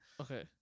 Okay